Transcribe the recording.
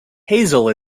hazel